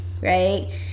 right